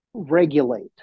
regulate